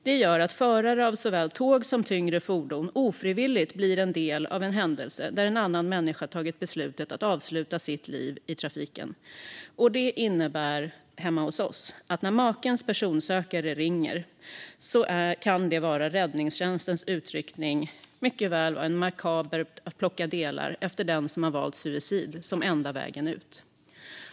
Det gör att förare av såväl tåg som tyngre fordon ofrivilligt kan bli en del av en händelse där en annan människa tagit beslutet att avsluta sitt liv i trafiken. Hemma hos oss innebär detta att när makens personsökare ringer om en utryckning med räddningstjänsten kan det mycket väl gälla den makabra uppgiften att plocka upp delarna efter den som valt suicid som enda vägen ut.